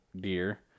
deer